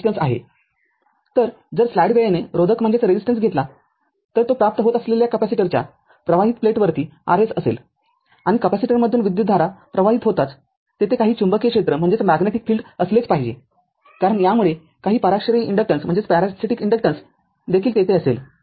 तरजर स्लाईड वेळेने रोधक घेतला तर तो प्राप्त होत असलेल्या कॅपेसिटरच्या प्रवाहित प्लेटवरती Rs असेल आणि कॅपेसिटर मधून विद्युतधारा प्रवाहित होताच तेथे काही चुंबकीय क्षेत्र असलेच पाहिजे कारण यामुळे काही पराश्रयी इन्डक्टन्स देखील तेथे असेल